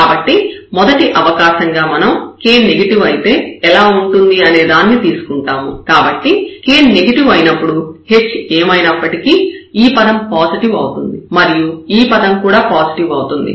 కాబట్టి మొదటి అవకాశంగా మనం k నెగెటివ్ అయితే ఎలా ఉంటుంది అనే దానిని తీసుకుంటాము కాబట్టి k నెగెటివ్ అయినప్పుడు h ఏమైనప్పటికీ ఈ పదం పాజిటివ్ అవుతుంది మరియు ఈ పదం కూడా పాజిటివ్ అవుతుంది